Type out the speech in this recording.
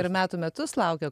ir metų metus laukia